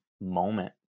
moment